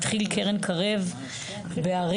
התחיל קרן קרב בערים.